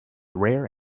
rare